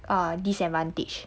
uh disadvantage